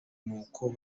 nuko